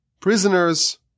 prisoners